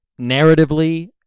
narratively